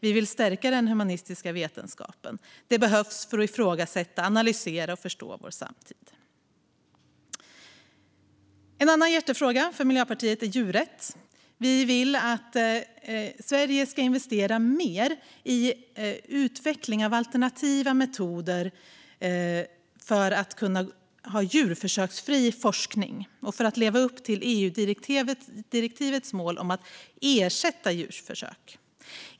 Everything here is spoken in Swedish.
Vi vill stärka den humanistiska vetenskapen. Den behövs för att ifrågasätta, analysera och förstå vår samtid. En annan hjärtefråga för Miljöpartiet är djurrätt. Vi vill att Sverige ska investera mer i utveckling av alternativa metoder för att kunna ha djurförsöksfri forskning och leva upp till EU-direktivets mål om att ersätta djurförsök.